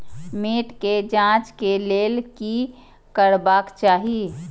मैट के जांच के लेल कि करबाक चाही?